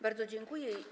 Bardzo dziękuję.